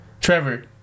Trevor